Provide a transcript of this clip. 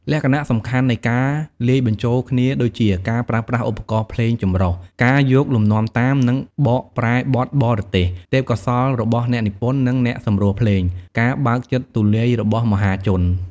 លក្ខណៈសំខាន់ៗនៃការលាយបញ្ចូលគ្នាដូចជា ការប្រើប្រាស់ឧបករណ៍ភ្លេងចម្រុះ ការយកលំនាំតាម និងបកប្រែបទបរទេស ទេពកោសល្យរបស់អ្នកនិពន្ធ និងអ្នកសម្រួលភ្លេង ការបើកចិត្តទូលាយរបស់មហាជន។